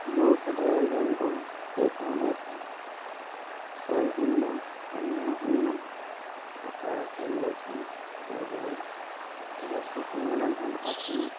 মোৰ ফেডাৰেল বেংকৰ একাউণ্ট এটা ছয় শূন্য শূ্ন্য শূন্য শূন্য টকাৰ ট্ৰেঞ্জেকশ্য়ন কৰিবলৈ পৰ্যাপ্ত পৰিমাণৰ ধন আছেনে